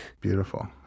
Beautiful